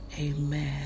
Amen